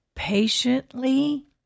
Patiently